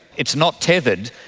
it's not tethered,